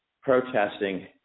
protesting